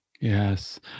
Yes